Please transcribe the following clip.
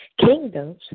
kingdoms